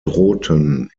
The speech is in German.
drohten